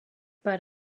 per